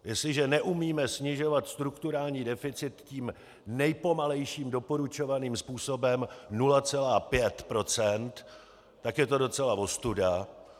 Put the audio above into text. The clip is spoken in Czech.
Jestliže neumíme snižovat strukturální deficit tím nejpomalejším doporučovaným způsobem 0,5 %, tak je to docela ostuda.